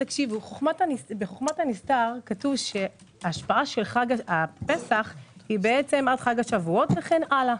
בחוכמת הנסתר כתוב שההשפעה של חג הפסח היא עד חג השבועות וכן הלאה.